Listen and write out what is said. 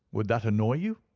would that annoy you?